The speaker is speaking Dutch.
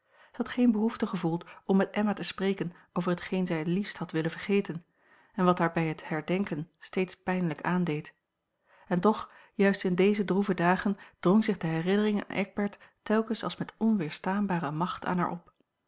had geene behoefte gevoeld om met emma te spreken over hetgeen zij liefst had willen vergeten en wat haar bij het het herdenken steeds pijnlijk aandeed en toch juist in deze droeve dagen drong zich de herinnering aan eckbert telkens als met onweerstaanbare macht aan haar op